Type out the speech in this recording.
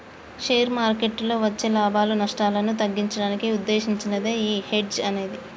share మార్కెట్టులో వచ్చే లాభాలు, నష్టాలను తగ్గించడానికి వుద్దేశించినదే యీ హెడ్జ్ అనేది